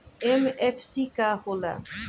MFC का होला?